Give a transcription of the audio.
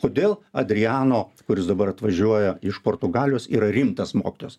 kodėl adriano kuris dabar atvažiuoja iš portugalijos yra rimtas mokytojas